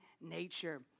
nature